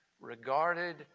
regarded